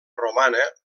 romana